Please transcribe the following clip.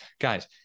guys